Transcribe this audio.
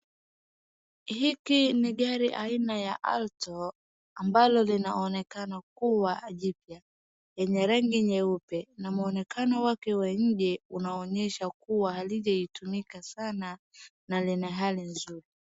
Hiki ni gari aina ya Alto ambalo linaonekana kuwa jipya lenye rangi nyeupe na muonekano wake wa nje unaonyesha kuwa halijatumika sana na lina hali nzuri.